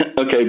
Okay